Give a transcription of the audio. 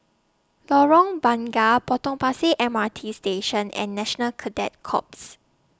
Lorong Bunga Potong Pasir M R T Station and National Cadet Corps